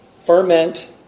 ferment